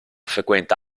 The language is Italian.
frequenta